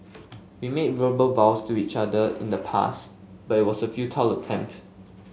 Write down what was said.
we made verbal vows to each other in the past but it was a futile attempt